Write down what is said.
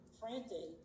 frantic